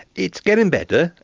it's getting better.